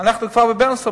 אנחנו כבר ב"בילינסון",